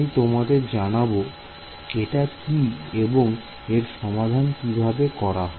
আমি তোমাদের জানাব এটা কি এবং এর সমাধান কিভাবে করা হয়